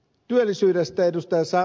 työllisyydestä ed